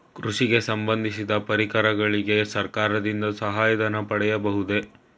ಕೃಷಿಗೆ ಸಂಬಂದಿಸಿದ ಪರಿಕರಗಳಿಗೆ ಸರ್ಕಾರದಿಂದ ಸಹಾಯ ಧನ ಪಡೆಯಬಹುದೇ?